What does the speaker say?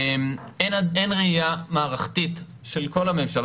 אין ראייה מערכתית של כל הממשלה.